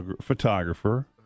photographer